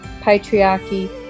patriarchy